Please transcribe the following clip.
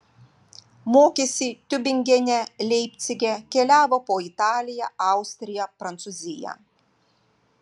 mokėsi tiubingene leipcige keliavo po italiją austriją prancūziją